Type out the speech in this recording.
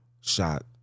shot